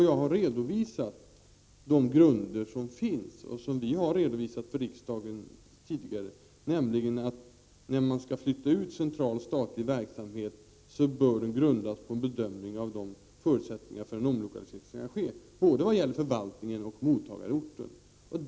Jag har redovisat de grunder som finns och som vi har redovisat för riksdagen tidigare, nämligen att när man skall flytta ut en central statlig verksamhet bör detta grundas på en bedömning av de förutsättningar som gäller för en sådan omlokalisering, både vad gäller förvaltningen och vad gäller mottagarorten.